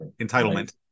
entitlement